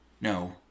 No